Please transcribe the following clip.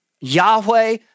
Yahweh